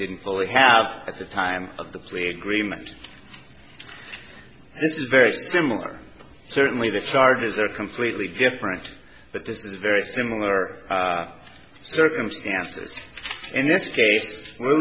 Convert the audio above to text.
didn't fully have at the time of the plea agreement this is very similar certainly the charges are completely different but this is very similar circumstances and this case we're